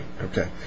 Okay